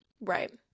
Right